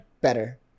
better